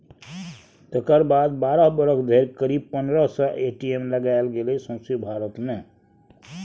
तकर बाद बारह बरख धरि करीब पनरह सय ए.टी.एम लगाएल गेलै सौंसे भारत मे